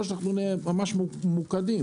באותה הודעה